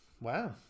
Wow